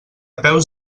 peus